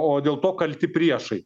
o dėl to kalti priešai